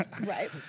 Right